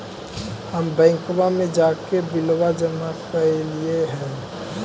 हम बैंकवा मे जाके बिलवा जमा कैलिऐ हे?